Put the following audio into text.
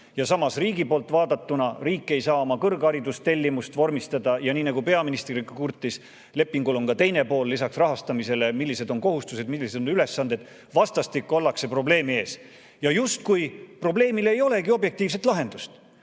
Samas, riigi poolt vaadatuna riik ei saa oma kõrgharidustellimust vormistada. Ja nii nagu peaminister kurtis, lepingul on ka teine pool lisaks rahastamisele: millised on kohustused ja millised on ülesanded. Vastastikku ollakse probleemi ees. Ja justkui probleemile ei olegi objektiivset lahendust. Aga